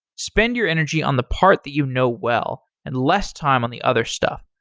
spend your energy on the part that you know well and less time on the other stuff.